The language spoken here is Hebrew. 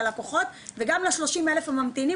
ללקוחות וגם ל-30,000 הממתינים,